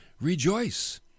Rejoice